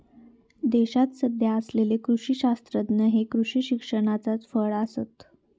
देशात सध्या असलेले कृषी शास्त्रज्ञ हे कृषी शिक्षणाचाच फळ आसत